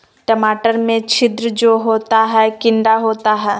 टमाटर में छिद्र जो होता है किडा होता है?